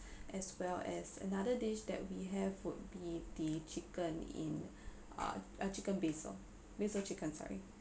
as well as another dish that we have would be the chicken in uh uh chicken basil basil chicken sorry